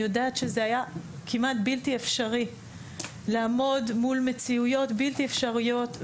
יודעת שזה היה כמעט בלתי אפשרי לעמוד מול מציאויות בלתי אפשריות,